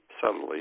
subtly